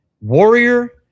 warrior